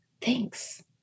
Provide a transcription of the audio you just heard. thanks